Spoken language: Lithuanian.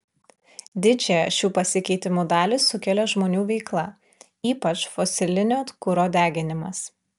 didžiąją šių pasikeitimų dalį sukelia žmonių veikla ypač fosilinio kuro deginimas